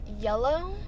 Yellow